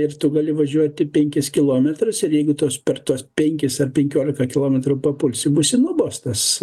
ir tu gali važiuoti penkis kilometrus ir jeigu tuos per tuos penkis ar penkiolika kilometrų papulsi būsi nubaustas